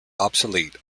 obsolete